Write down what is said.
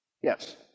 Yes